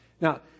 Now